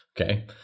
Okay